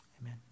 Amen